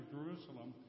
Jerusalem